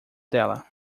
dela